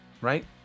right